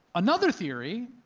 another theory,